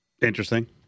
Interesting